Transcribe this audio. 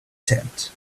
tent